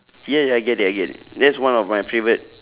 yes I get it I get it that's one of my favourite